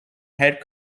head